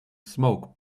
smoke